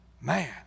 Man